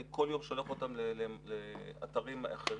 כל יום אני שולח אותם לאתרים אחרים.